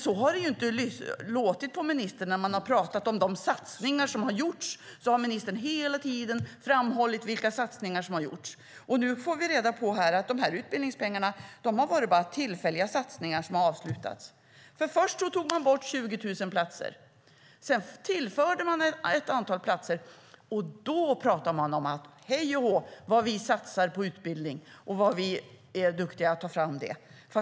Men så har det ju inte låtit på ministern när man har pratat om de satsningar som har gjorts. Då har ministern hela tiden framhållit vilka satsningar som har gjorts, och nu får vi reda på här att de här utbildningspengarna bara har varit tillfälliga satsningar som har avslutats. Först tog man bort 20 000 platser, och sedan tillförde man ett antal platser och sade: Hej och hå, vad vi satsar på utbildning och är duktiga på att ta fram detta!